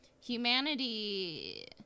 humanity